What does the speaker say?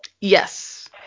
Yes